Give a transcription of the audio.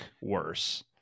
worse